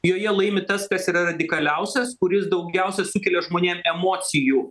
joje laimi tas kas yra radikaliausias kuris daugiausiai sukelia žmonėm emocijų